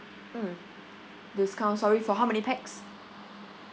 mm discount sorry for how many pax